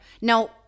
Now